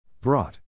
Brought